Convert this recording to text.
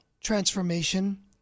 transformation